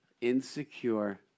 insecure